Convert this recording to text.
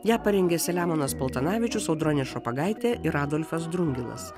ją parengė selemonas paltanavičius audronė šopagaitė ir adolfas drungilas